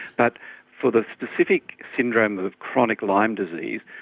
but for the specific syndrome of chronic lyme disease,